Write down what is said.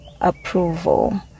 approval